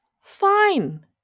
fine